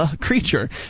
creature